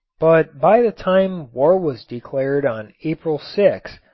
but by the time war was declared on april six,